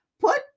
Put